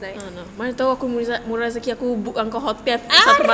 a'ah